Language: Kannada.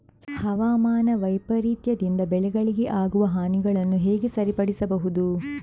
ಹವಾಮಾನ ವೈಪರೀತ್ಯದಿಂದ ಬೆಳೆಗಳಿಗೆ ಆಗುವ ಹಾನಿಗಳನ್ನು ಹೇಗೆ ಸರಿಪಡಿಸಬಹುದು?